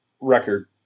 record